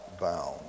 bound